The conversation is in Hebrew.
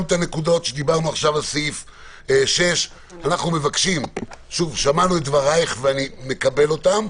דיברנו עכשיו על סעיף 6. שמענו את דבריך ואני מקבל אותם,